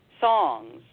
songs